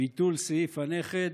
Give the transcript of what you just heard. ביטול סעיף הנכד,